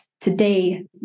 today